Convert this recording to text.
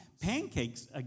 pancakes